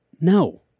no